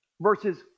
versus